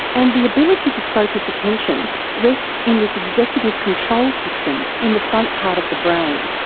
and the ability to focus attention rests in this executive control system in the front part of the brain,